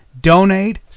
donate